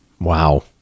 Wow